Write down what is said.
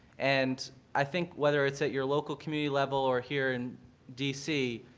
and i think whether it's at your local community level or here in d c,